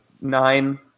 nine